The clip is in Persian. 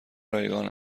رایگان